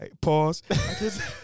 Pause